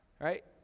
right